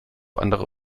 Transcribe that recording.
andere